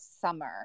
summer